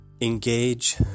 engage